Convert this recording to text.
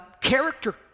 character